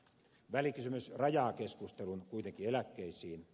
välikysymys rajaa keskustelun kuitenkin eläkkeisiin